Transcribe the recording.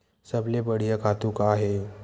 सबले बढ़िया खातु का हे?